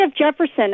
Jefferson